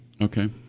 Okay